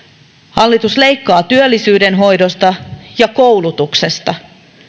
hallitus leikkaa työllisyyden hoidosta ja koulutuksesta